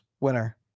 winner